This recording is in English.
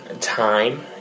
time